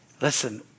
listen